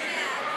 נגד במקום בעד.